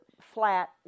flat